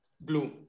blue